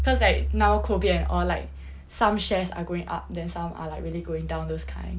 cause like now COVID and all like some shares are going up than some are like really going down those kind